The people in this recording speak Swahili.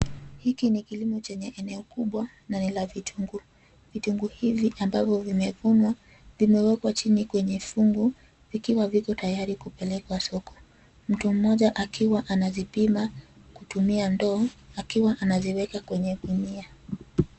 Hiki ni kilimo chenye eneo kubwa na ni la vitunguu. Vitunguu hivi ambavyo vimevunwa vimewekwa chini kwenye fungu vikiwa viko tayari kupelekwa soko. Mtu mmoja akiwa anazipima kutumia ndoo akiwa anaziweka kwenye gunia.